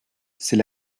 c’est